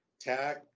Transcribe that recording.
tag